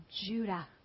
Judah